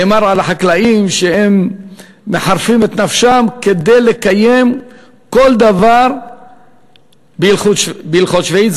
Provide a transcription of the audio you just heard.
נאמר על החקלאים שהם מחרפים את נפשם כדי לקיים כל דבר בהלכות שביעית.